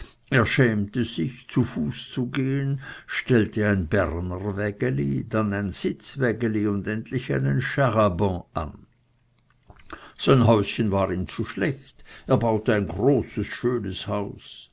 er schämte sich zu fuß zu gehen stellte ein bernerwägeli dann ein sitzwägeli und endlich einen charabanc an sein häuschen war ihm zu schlecht er baute ein großes schönes haus